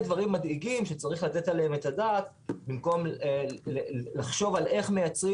דברים מדאיגים שצריך לתת עליהם את הדעת במקום לחשוב על איך מייצרים